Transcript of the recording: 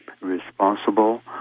responsible